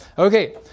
Okay